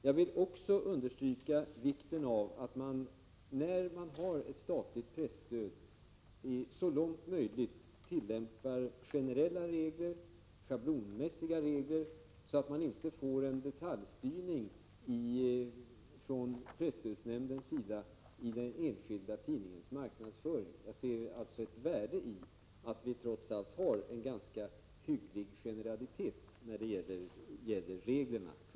Jag vill också understryka vikten av att man vid tillämpningen av ett statligt presstöd så långt möjligt följer generella, schablonmässiga regler, så att man inte får en detaljstyrning från presstödsnämndens sida när det gäller den enskilda tidningens marknadsföring. Jag ser ett värde i att vi trots allt har en ganska hygglig generalitet när det gäller reglerna för presstödet.